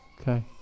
Okay